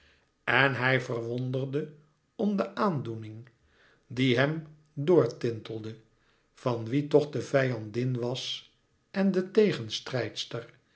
en hij verwonderde om de aandoening die hem door tintelde van wie toch de vijandin was en de